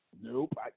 Nope